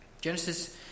Genesis